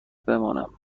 بمانم